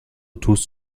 tust